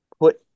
put